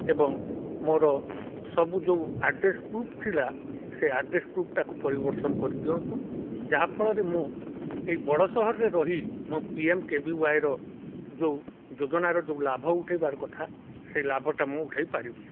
ଏବଂ ମୋର ସବୁ ଯେଉଁ ଆଡ୍ରେସ୍ ପ୍ରୁଫ୍ ଥିଲା ସେ ଆଡ୍ରେସ୍ ପ୍ରୁଫ୍ଟାକୁ ପରିବର୍ତ୍ତନ କରିଦିଅନ୍ତୁ ଯାହାଫଳରେ ମୁଁ ଏଇ ବଡ଼ ସହରରେ ରହି ମୋ ପିଏମ୍କେଭିୱାଇର ଯେଉଁ ଯୋଜନାର ଯେଉଁ ଲାଭ ଉଠେଇବାର କଥା ସେ ଲାଭଟା ମୁଁ ଉଠେଇ ପାରିବି